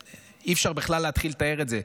אי-אפשר בכלל להתחיל לתאר את זה,